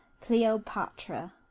Cleopatra